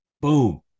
Boom